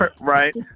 Right